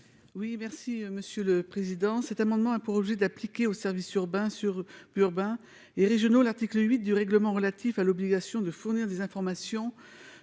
Oui, merci Monsieur le Président. Cet amendement a pour obliger d'appliquer aux services urbains sur urbains et régionaux. L'article 8 du règlement relatif à l'obligation de fournir des informations